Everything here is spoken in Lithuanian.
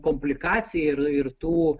komplikacija ir ir tų